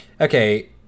okay